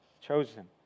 chosen